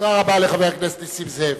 תודה רבה לחבר הכנסת נסים זאב.